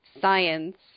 science